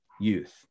youth